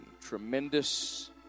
tremendous